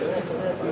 ושלום.